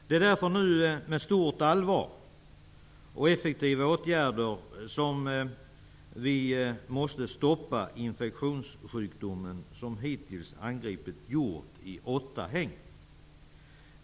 Det är därför man nu med stort allvar och effektiva åtgärder måste stoppa infektionssjukdomen, som hittills angripit hjort i åtta hägn.